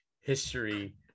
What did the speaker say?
history